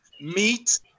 meat